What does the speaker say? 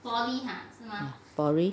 poly